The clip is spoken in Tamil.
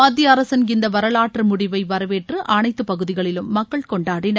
மத்திய அரசின் இந்த வரலாற்று முடிவை வரவேற்று அனைத்து பகுதிகளிலும் மக்கள் கொண்டாடினர்